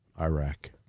iraq